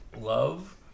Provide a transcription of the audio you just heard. love